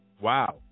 wow